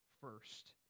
first